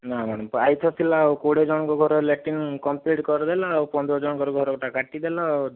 ନା ମ୍ୟାଡ଼ାମ ଆସିତ ଥିଲା ଆଉ କୋଡ଼ିଏ ଜଣଙ୍କ ଘର ଲାଟ୍ରିନ କମ୍ପ୍ଲିଟ କରିଦେଲ ଆଉ ପନ୍ଦର ଜଣଙ୍କ ଘରଟା କାଟିଦେଲ ଆଉ